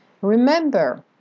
Remember